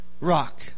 rock